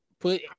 put